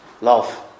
love